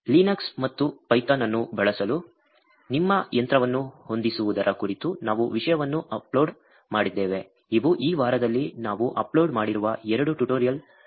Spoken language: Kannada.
Linux ಮತ್ತು python ಅನ್ನು ಬಳಸಲು ನಿಮ್ಮ ಯಂತ್ರವನ್ನು ಹೊಂದಿಸುವುದರ ಕುರಿತು ನಾವು ವಿಷಯವನ್ನು ಅಪ್ಲೋಡ್ ಮಾಡಿದ್ದೇವೆ ಇವು ಈ ವಾರದಲ್ಲಿ ನಾವು ಅಪ್ಲೋಡ್ ಮಾಡಿರುವ ಎರಡು ಟ್ಯುಟೋರಿಯಲ್ಗಳಾಗಿವೆ